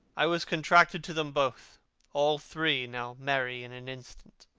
i was contracted to them both all three now marry in an instant.